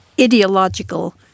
ideological